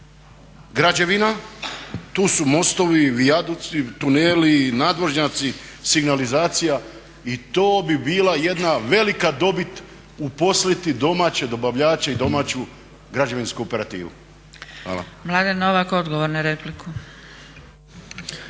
građevina, tu su mostovi, vijaduci, tuneli, nadvožnjaci, signalizacija i to bi bila jedna velika dobit uposliti domaće dobavljače i domaću građevinsku operativu. Hvala.